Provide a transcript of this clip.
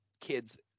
kids